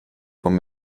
von